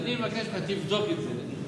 אז אני מבקש שאתה תבדוק את זה.